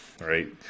right